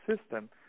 system